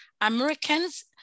Americans